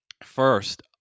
First